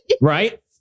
Right